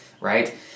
right